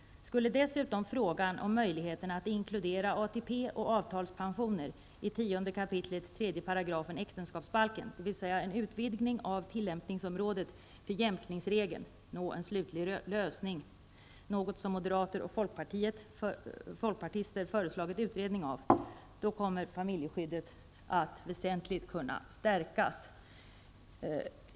Skulle dessutom frågan om möjligheterna att inkludera ATP och avtalspensioner i 10 kap. 3 § äktenskapsbalken, dvs. en utvidgning av tillämpningsområdet för jämkningsregeln, nå en slutlig lösning -- något som moderater och folkpartister föreslagit utredning av -- kommer familjeskyddet att väsentligt kunna stärkas.